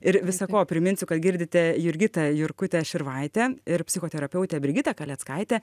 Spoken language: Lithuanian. ir visa ko priminsiu kad girdite jurgitą jurkutę širvaitę ir psichoterapeutę brigitą kaleckaitę